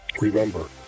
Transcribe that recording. Remember